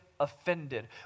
Offended